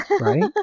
right